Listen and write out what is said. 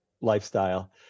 lifestyle